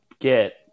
get